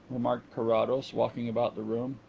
remarked carrados, walking about the room.